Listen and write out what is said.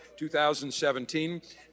2017